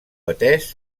atès